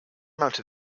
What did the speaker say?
amount